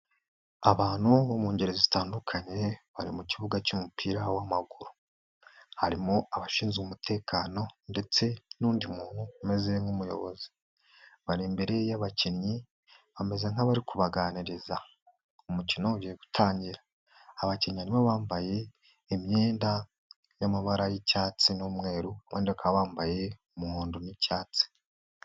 Abantu bo mu ngeri zitandukanye bari mu kibuga cy'umupira w'amaguru, harimo abashinzwe umutekano ndetse n'undi muntu umeze nk'umuyobozi, bari imbere y'abakinnyi bameze nk'abari kubaganiriza, umukino ugiye gutangira, abakinnyi harimo abambaye imyenda y'amabara y'icyatsi n'umweru, abandi bakaba bambaye umuhondo n'icyatsi.